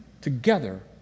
together